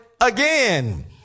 again